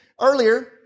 earlier